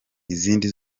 izindi